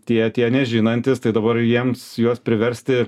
tie tie nežinantys tai dabar jiems juos priversti